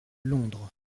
londres